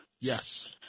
yes